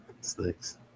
snakes